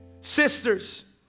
sisters